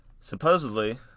Supposedly